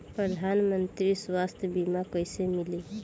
प्रधानमंत्री स्वास्थ्य बीमा कइसे मिली?